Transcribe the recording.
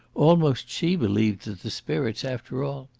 almost she believed that the spirits after all.